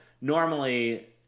normally